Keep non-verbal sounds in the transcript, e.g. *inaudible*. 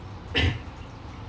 *coughs*